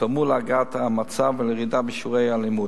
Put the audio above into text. תרמו להרגעת המצב ולירידה בשיעורי האלימות.